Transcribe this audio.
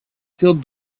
filled